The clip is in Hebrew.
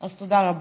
אז תודה רבה.